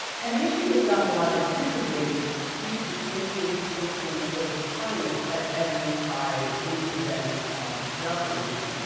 and the issue has gotten a lot of attention lately due to the changing, social and political climate as evidenced by recent events throughout the nation,